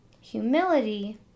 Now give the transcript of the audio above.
humility